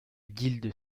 guilde